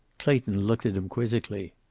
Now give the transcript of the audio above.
clayton looked at him quizzically.